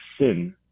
sin